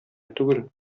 түгел